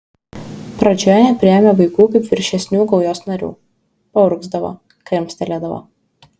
pradžioje nepriėmė vaikų kaip viršesnių gaujos narių paurgzdavo krimstelėdavo